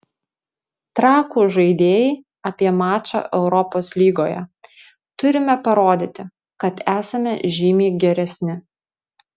trakų žaidėjai apie mačą europos lygoje turime parodyti kad esame žymiai geresni